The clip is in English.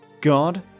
God